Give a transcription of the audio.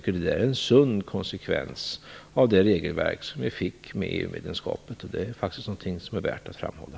Det är en sund konsekvens av det regelverk som vi fick med EU-medlemskapet. Det är värt att framhålla.